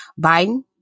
biden